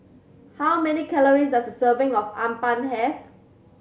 how many calories does a serving of appam have